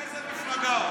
מאיזו מפלגה הוא?